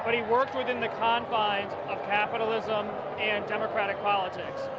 but he worked within the confines of capitalism and democratic politics.